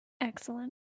Excellent